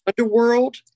underworld